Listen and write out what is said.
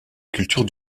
culture